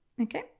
Okay